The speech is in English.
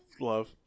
love